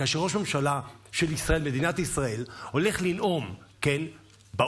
כאשר ראש ממשלה של מדינת ישראל הולך לנאום באו"ם,